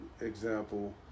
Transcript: example